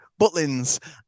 Butlins